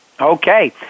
Okay